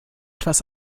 was